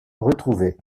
retrouvée